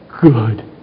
good